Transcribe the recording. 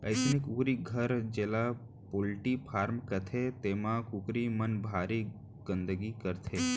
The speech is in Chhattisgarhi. अइसने कुकरी घर जेला पोल्टी फारम कथें तेमा कुकरी मन भारी गंदगी करथे